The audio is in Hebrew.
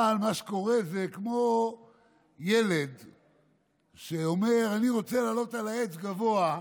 אבל מה שקורה זה כמו ילד שאומר: אני רוצה לעלות על העץ גבוה,